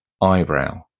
eyebrow